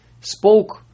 spoke